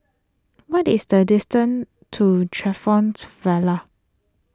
what is the distance to Vale